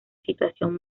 situación